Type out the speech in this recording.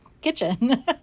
kitchen